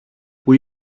που